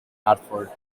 radford